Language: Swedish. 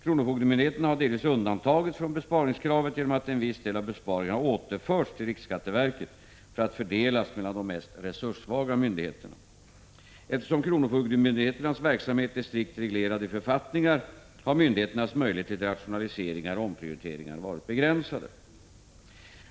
Kronofogdemyndigheterna har delvis undantagits från besparingskravet genom att en viss del av besparingen har återförts till RSV för att fördelas mellan de mest resurssvaga myndigheterna. Eftersom kronofogdemyndigheternas verksamhet är strikt reglerad i författningar har myndigheternas möjligheter till rationaliseringar och omprioriteringar varit begränsade.